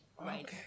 right